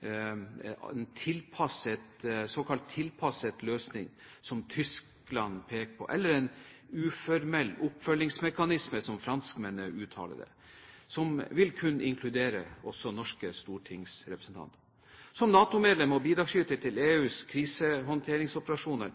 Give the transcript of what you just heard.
en eller annen måte i et nytt samarbeid, såkalt tilpasset løsning, som Tyskland peker på, eller en uformell oppfølgingsmekanisme, som franskmennene uttaler det, som vil kunne inkludere også norske stortingsrepresentanter. Som NATO-medlem og bidragsyter til EUs krisehåndteringsoperasjoner